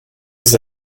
was